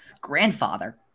grandfather